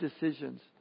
decisions